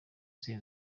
zihe